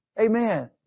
Amen